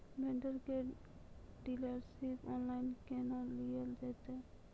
Vendor केर dealership online केहनो लियल जेतै?